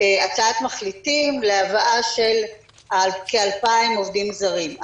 הצעת מחליטים להבאה של כ-2,000 עובדים זרים.